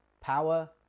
Power